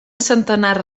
centenar